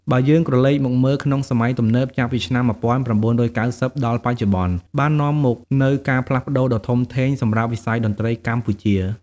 បើយើងក្រឡេកមកមើលក្នុងសម័យទំនើប ចាប់ពីឆ្នាំ ១៩៩០ ដល់បច្ចុប្បន្ន បាននាំមកនូវការផ្លាស់ប្តូរដ៏ធំធេងសម្រាប់វិស័យតន្ត្រីកម្ពុជា។